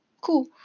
Cool